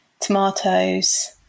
tomatoes